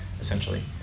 essentially